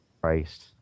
Christ